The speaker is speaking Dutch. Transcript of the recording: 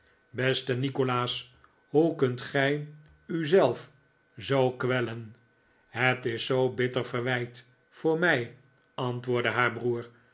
beste nikolaas hoe kunt gij u zelf zoo kwellen het is zoo'n bitter verwijt voor mij antwoordde haar broer